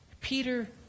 Peter